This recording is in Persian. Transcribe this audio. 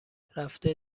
رفته